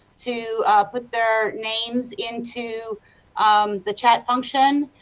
to put their names into um the chat function,